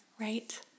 right